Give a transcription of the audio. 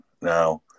now